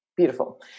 Beautiful